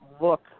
look